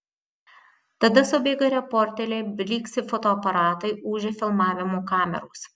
tada subėga reporteriai blyksi fotoaparatai ūžia filmavimo kameros